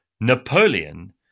Napoleon